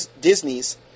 Disney's